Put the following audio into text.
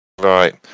Right